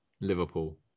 Liverpool